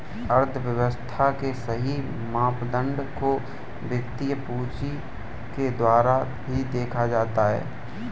अर्थव्यव्स्था के सही मापदंड को वित्तीय पूंजी के द्वारा ही देखा जाता है